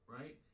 right